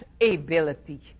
ability